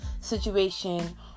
situation